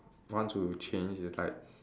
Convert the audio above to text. want to change is like